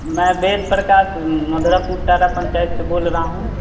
मैं वेदप्रकाश मधुरापुर तारा पंचायत से बोल रहा हूँ